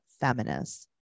feminist